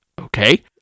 Okay